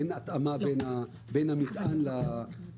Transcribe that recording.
ואין לו התאמה בין המטען למשאית